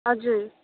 हजुर